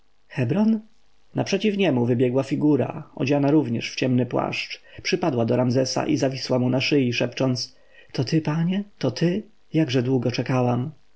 hebron naprzeciw niemu wybiegła figura odziana również w ciemny płaszcz przypadła do ramzesa i zawisła mu na szyi szepcząc to ty panie to ty jakże długo czekałam